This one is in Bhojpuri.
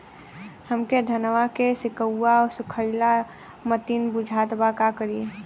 हमरे धनवा के सीक्कउआ सुखइला मतीन बुझात बा का करीं?